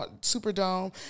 Superdome